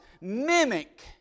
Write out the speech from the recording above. Mimic